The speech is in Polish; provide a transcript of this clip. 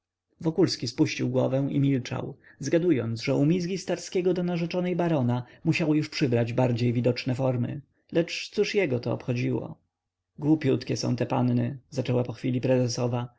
wokulski spuścił głowę i milczał zgadując że umizgi starskiego do narzeczonej barona musiały już przybrać bardziej widoczne formy lecz cóż jego to obchodziło głupiutkie są te panny zaczęła pochwili prezesowa